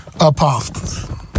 apostles